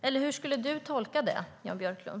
Eller hur skulle du tolka det, Jan Björklund?